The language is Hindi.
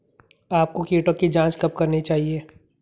आपको कीटों की जांच कब करनी चाहिए?